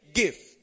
gift